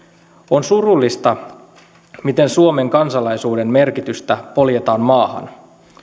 on surullista miten suomen kansalaisuuden merkitystä poljetaan maahan